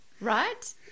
right